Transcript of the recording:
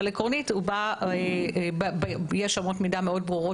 אבל עקרונית יש אמות מידה ברורות מאוד